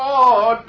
la